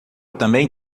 também